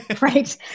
right